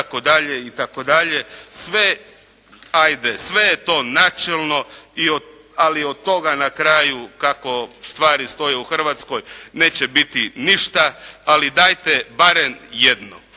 sve je to načelno ali od toga na kraju kako stvari stoje u Hrvatskoj neće biti ništa, ali dajte barem jedno.